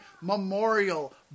Memorial